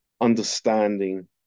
understanding